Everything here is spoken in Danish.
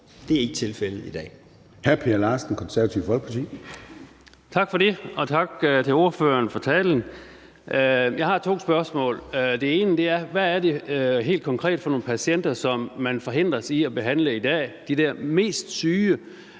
Det Konservative Folkeparti. Kl. 13:30 Per Larsen (KF): Tak for det, og tak til ordføreren for talen. Jeg har to spørgsmål. Det ene er, hvad det helt konkret er for nogle patienter, som man forhindres i at behandle i dag, i forhold til